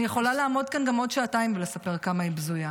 אני יכולה לעמוד כאן גם עוד שעתיים ולספר כמה היא בזויה,